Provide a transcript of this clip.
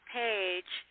page